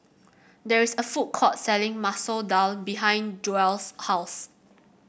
there is a food court selling Masoor Dal behind Joelle's house